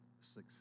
success